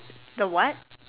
the what